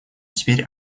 теперь